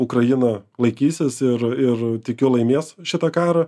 ukraina laikysis ir ir tikiu laimės šitą karą